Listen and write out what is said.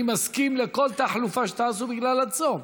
אני מסכים לכל תחלופה שתעשו בגלל הצום,